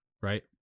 right